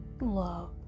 love